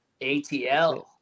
ATL